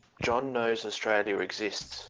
john nicest revenue exceeds